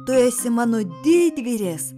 tu esi mano didvyris